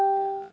ya